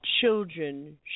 children